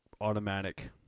automatic